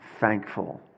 thankful